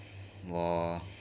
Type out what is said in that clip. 我